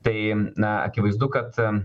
tai na akivaizdu kad